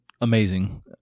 amazing